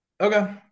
Okay